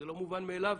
זה לא מובן מאליו.